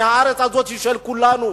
כי הארץ הזאת היא של כולנו.